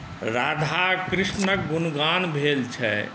राधा कृष्णक गुणगान भेल छै